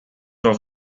off